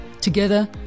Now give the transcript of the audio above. Together